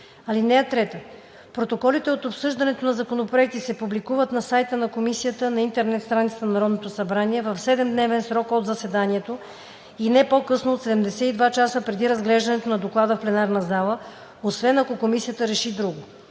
групи. (3) Протоколите от обсъждането на законопроекти се публикуват на сайта на комисията на интернет страницата на Народното събрание в 7-дневен срок от заседанието и не по-късно от 72 часа преди разглеждането на доклада в пленарна зала, освен ако комисията реши друго.